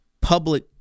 public